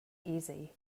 easy